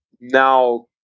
now